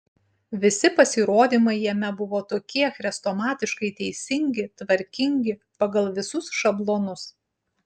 visi pasirodymai jame buvo tokie chrestomatiškai teisingi tvarkingi pagal visus šablonus